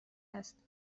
است